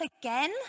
again